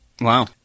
Wow